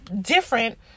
different